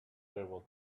travel